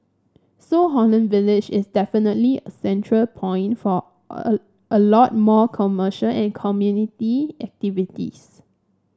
so Holland Village is definitely a central point for a a lot more commercial and community activities